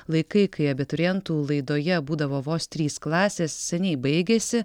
laikai kai abiturientų laidoje būdavo vos trys klasės seniai baigėsi